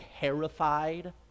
terrified